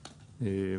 הפיס,